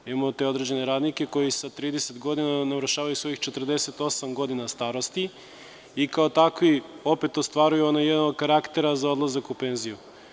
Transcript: Imamo te određene radnike koji sa 30 godina navršavaju svojih 48 godina starosti i kao takvi opet ostvaruju onaj jedan od karaktera za odlazak u penziju.